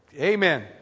Amen